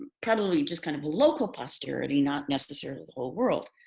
probably just kind of local posterity, not necessarily the whole world,